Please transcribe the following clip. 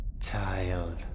child